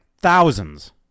thousands